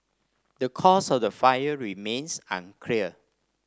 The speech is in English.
the cause of the fire remains unclear